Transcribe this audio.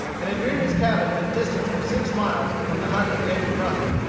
and had reared his cabin at a distance of six miles from the hut of david crockett,